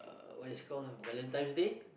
uh what is it called ah Valentine's day